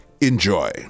Enjoy